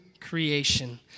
creation